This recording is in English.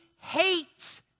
hates